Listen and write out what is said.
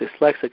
dyslexic